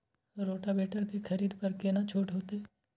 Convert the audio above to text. Rotavator के खरीद पर केतना छूट होते?